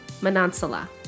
Manansala